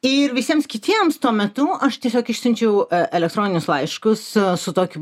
ir visiems kitiems tuo metu aš tiesiog išsiunčiau elektroninius laiškus su tokiu